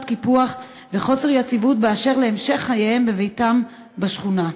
קיפוח וחוסר יציבות באשר להמשך חייהם בביתם בשכונה.